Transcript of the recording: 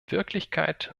wirklichkeit